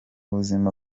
buzima